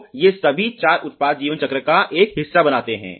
तो ये सभी चार उत्पाद जीवन चक्र का एक हिस्सा बनाते हैं